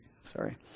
Sorry